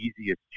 easiest